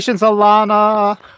Alana